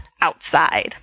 outside